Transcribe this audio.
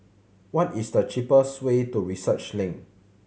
what is the cheapest way to Research Link